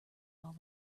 all